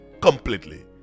Completely